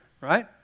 Right